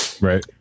Right